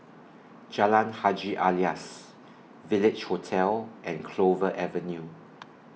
Jalan Haji Alias Village Hotel and Clover Avenue